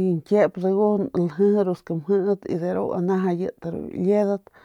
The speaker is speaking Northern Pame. y ñkiep dagujun ljiji ru1 skamjit ljiji ru liedat y kun.